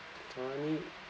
the time